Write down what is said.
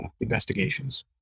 investigations